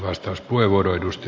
herra puhemies